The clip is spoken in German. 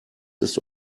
ist